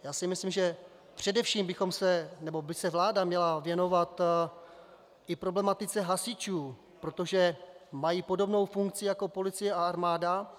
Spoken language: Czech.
Já si myslím, že především by se vláda měla věnovat problematice hasičů, protože mají podobnou funkci jako policie a armáda.